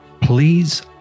please